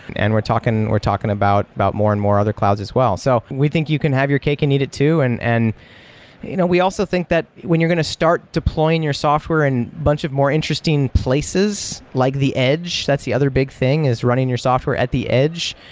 and we're talking we're talking about about more and more other clouds as well. so we think you can have your cake and eat it too, and and you know we also think that when you're going to start deploying your software in a bunch of more interesting places, like the edge, that's the other big thing, is running your software at the edge.